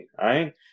right